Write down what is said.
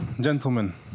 gentlemen